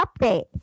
Update